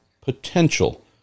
potential